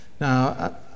Now